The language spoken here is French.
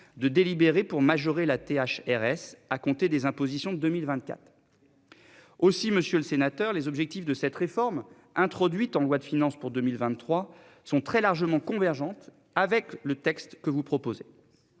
de délibéré pour majorer la TH RS à compter des impositions de 2024. Aussi, Monsieur le Sénateur. Les objectifs de cette réforme introduite en loi de finances pour 2023 sont très largement convergentes avec le texte que vous proposez.